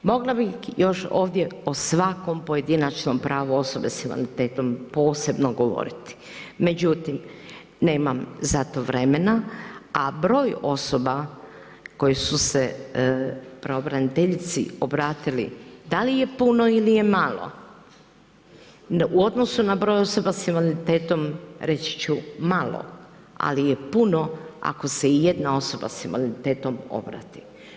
Mogla bih još ovdje o svakom pojedinačnom pravu osobe sa invaliditetom posebno govoriti, međutim nemam za to vremena a broj osoba koje su se pravobraniteljici obratili da li je puno ili je malo u odnosu na broj osoba sa invaliditetom, reći ću malo ali je puno ako se i jedna osoba sa invaliditetom obrati.